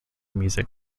music